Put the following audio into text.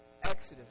Exodus